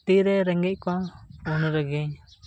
ᱛᱤᱨᱮ ᱨᱮᱸᱜᱮᱡ ᱠᱚᱣᱟ ᱩᱱ ᱨᱮᱜᱮᱧ